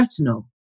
retinol